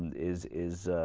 is is